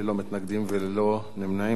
ללא מתנגדים וללא נמנעים.